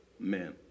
Amen